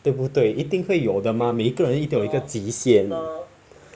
对不对一定会有的吗每个人一定有一个极限